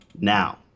now